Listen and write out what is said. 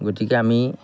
গতিকে আমি